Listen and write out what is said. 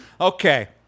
Okay